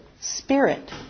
spirit